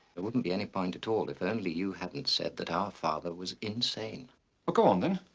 there wouldn't be any point at all if only you hadn't said that our father was insane. oh go on then.